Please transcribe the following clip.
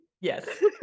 yes